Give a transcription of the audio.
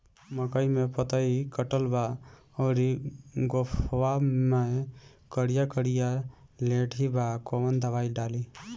मकई में पतयी कटल बा अउरी गोफवा मैं करिया करिया लेढ़ी बा कवन दवाई डाली?